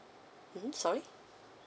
mmhmm sorry